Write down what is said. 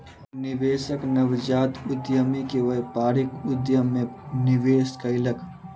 निवेशक नवजात उद्यमी के व्यापारिक उद्यम मे निवेश कयलक